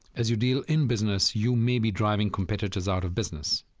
as you deal in business, you may be driving competitors out of business.